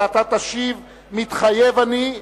ואתה תשיב: "מתחייב אני".